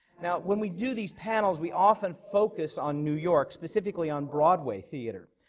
now, when we do these panels, we often focus on new york, specifically on broadway theatre.